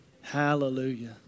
Hallelujah